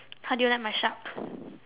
how do you like my shark